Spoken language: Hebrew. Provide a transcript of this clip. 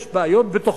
יש בעיות בתוכה,